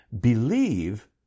believe